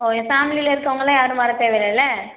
ஓ என் ஃபேமிலியில இருக்கவங்களாம் யாரும் வர தேவையில்லல